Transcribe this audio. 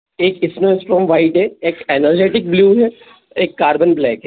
एक इसमें strong white है एक एनर्जिटिक ब्लू है एक कार्बन ब्लैक है